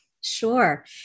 Sure